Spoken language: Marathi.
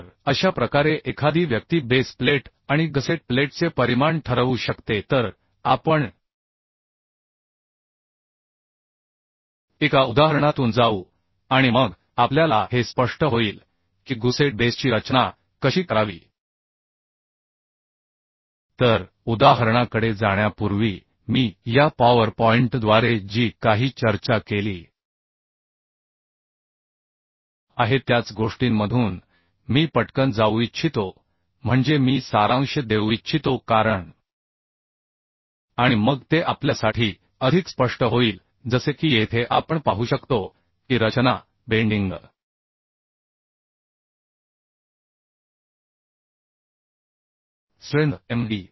तर अशा प्रकारे एखादी व्यक्ती बेस प्लेट आणि गसेट प्लेटचे परिमाण ठरवू शकते तर आपण एका उदाहरणातून जाऊ आणि मग आपल्या ला हे स्पष्ट होईल की गुसेट बेसची रचना कशी करावी तर उदाहरणाकडे जाण्यापूर्वी मी या पॉवर पॉईंटद्वारे जी काही चर्चा केली आहे त्याच गोष्टींमधून मी पटकन जाऊ इच्छितो म्हणजे मी सारांश देऊ इच्छितो कारण आणि मग ते आपल्यासाठी अधिक स्पष्ट होईल जसे की येथे आपण पाहू शकतो की रचना बेंडिंग स्ट्रेंथ M D